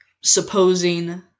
supposing